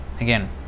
again